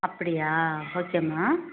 அப்படியா ஓகே மா